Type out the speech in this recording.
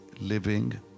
living